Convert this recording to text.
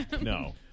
no